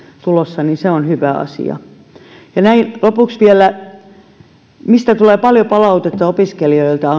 tulossa on hyvä asia näin lopuksi vielä se mistä tulee paljon palautetta opiskelijoilta